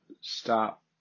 stop